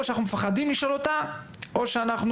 או שאנחנו מפחדים לשאול אותה או שאנחנו